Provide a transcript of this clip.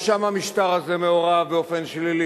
גם שם המשטר הזה מעורב באופן שלילי,